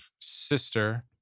sister